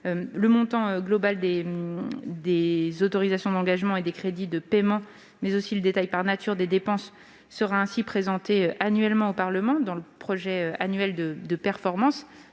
le montant global des autorisations d'engagement et des crédits de paiement, mais aussi le détail par nature des dépenses effectuées dans le cadre du fonds seront présentés annuellement au Parlement dans le projet annuel de performance.